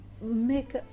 make